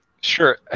sure